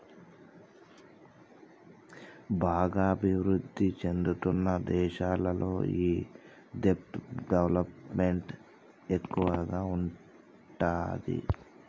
బాగా అభిరుద్ధి చెందుతున్న దేశాల్లో ఈ దెబ్ట్ డెవలప్ మెంట్ ఎక్కువగా ఉంటాది